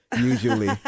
usually